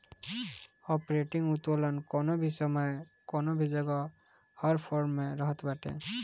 operating उत्तोलन कवनो भी समय कवनो भी जगह हर फर्म में रहत बाटे